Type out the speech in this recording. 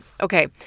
Okay